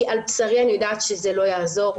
כי על בשרי אני יודעת שזה לא יעזור.